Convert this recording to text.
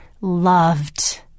loved